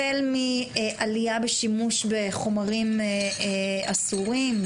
החל מעלייה בשימוש בחומרים אסורים,